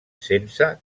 sense